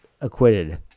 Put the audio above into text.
acquitted